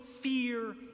fear